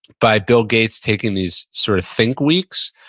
by bill gates taking these sort of think weeks.